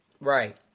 Right